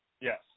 Yes